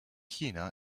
china